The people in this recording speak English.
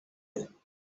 you